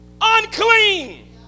unclean